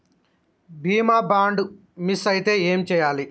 బీమా bond miss అయితే ఏం చేయాలి?